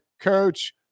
coach